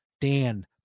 Dan